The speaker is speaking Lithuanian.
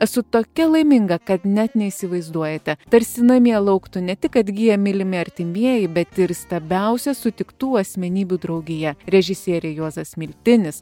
esu tokia laiminga kad net neįsivaizduojate tarsi namie lauktų ne tik atgyja mylimi artimieji bet ir įstabiausia sutiktų asmenybių draugija režisieriai juozas miltinis